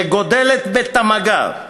וגדלה בתמ"גה,